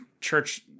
church